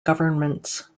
governments